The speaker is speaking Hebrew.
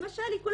למשל עיקול